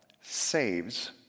saves